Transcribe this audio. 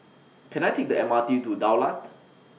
Can I Take The M R T to The Daulat